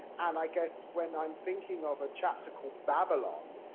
and i guess when i'm thinking of a chapter called babylon,